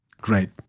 Great